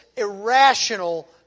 irrational